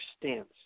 stance